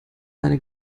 seine